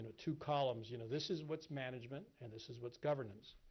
ah two columns, you know this is what's management and this is what's governance.